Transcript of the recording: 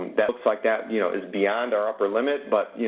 that looks like that you know is beyond our upper limit, but